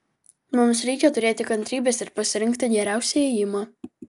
mums reikia turėti kantrybės ir pasirinkti geriausią ėjimą